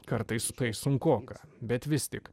kartais sunkoka bet vis tik